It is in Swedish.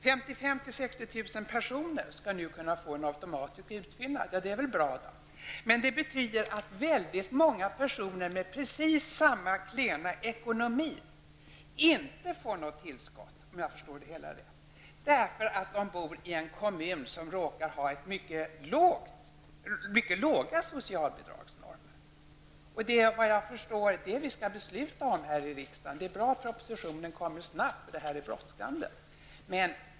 55 000--60 000 pensioner skall nu få en automatisk utfyllnad av sina pensioner, och det är ju bra. Men det betyder ändå att väldigt många pensionärer med precis samma klena ekonomi inte får något tillskott, om jag förstår det hela rätt. De råkar nämligen bo i kommuner som har mycket låga socialbidragsnormer. Såvitt jag förstår är det vad vi skall besluta om här i riksdagen. Det är bra att propositionen kommer snart, därför att det är bråttom.